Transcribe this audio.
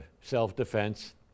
self-defense